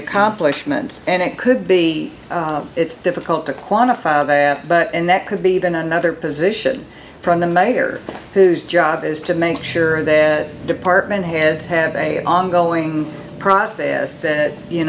accomplishments and it could be it's difficult to quantify but and that could be then another position from the mayor whose job is to make sure that department heads have a ongoing process that you